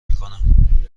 میکنم